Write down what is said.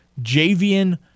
Javian